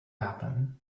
happen